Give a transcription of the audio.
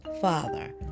Father